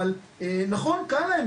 אבל זה נכון שקל להם,